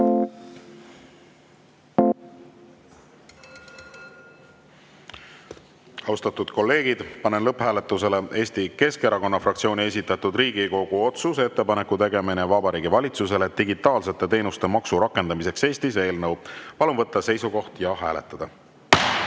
juurde. Austatud kolleegid, panen lõpphääletusele Eesti Keskerakonna fraktsiooni esitatud Riigikogu otsuse "Ettepaneku tegemine Vabariigi Valitsusele digitaalsete teenuste maksu rakendamiseks Eestis" eelnõu. Palun võtta seisukoht ja hääletada!